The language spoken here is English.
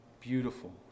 beautiful